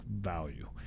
value